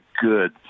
good